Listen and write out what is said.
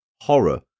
horror